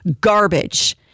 garbage